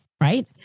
Right